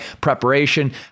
preparation